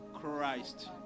Christ